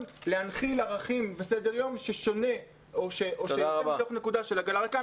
להנחיל ערכים וסדר-יום ששונה או שירצה לבדוק נקודה של עגלה ריקה.